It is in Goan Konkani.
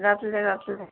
जातलें जातलें